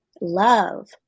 love